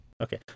Okay